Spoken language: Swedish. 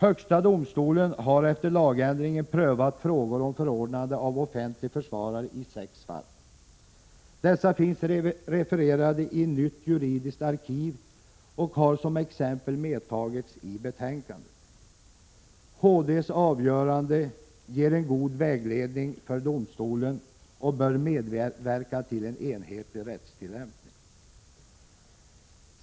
Högsta domstolen har efter lagändringen prövat frågor om förordnande av offentlig försvarare i sex fall. Dessa finns refererade i Nytt juridiskt arkiv och har som exempel medtagits i betänkandet. HD:s avgörande ger en god vägledning för domstolen och bör medverka till en enhetlig rättstillämpning.